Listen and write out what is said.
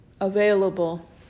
available